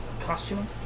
costume